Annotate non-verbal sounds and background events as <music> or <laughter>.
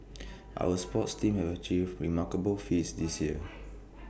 <noise> our sports teams have achieved remarkable feats this year <noise>